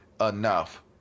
enough